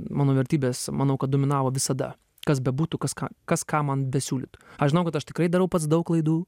mano vertybės manau kad dominavo visada kas bebūtų kas ką kas ką man besiūlytų aš žinau kad aš tikrai darau pats daug klaidų